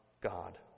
God